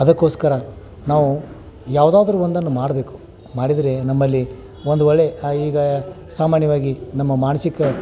ಅದಕ್ಕೋಸ್ಕರ ನಾವು ಯಾವುದಾದ್ರು ಒಂದನ್ನು ಮಾಡಬೇಕು ಮಾಡಿದರೆ ನಮ್ಮಲ್ಲಿ ಒಂದು ಒಳ್ಳೆಯ ಈಗ ಸಾಮಾನ್ಯವಾಗಿ ನಮ್ಮ ಮಾನ್ಸಿಕ